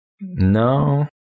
No